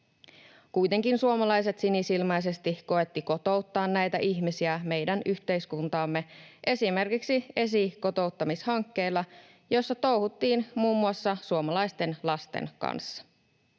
Kuitenkin suomalaiset sinisilmäisesti koettivat kotouttaa näitä ihmisiä meidän yhteiskuntaamme esimerkiksi esikotouttamishankkeilla, joissa touhuttiin muun muassa suomalaisten lasten kanssa.